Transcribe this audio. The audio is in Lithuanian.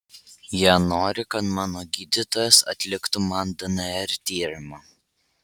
jie nori kad mano gydytojas atliktų man dnr tyrimą